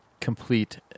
complete